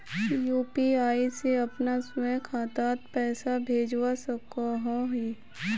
UPI से अपना स्वयं खातात पैसा भेजवा सकोहो ही?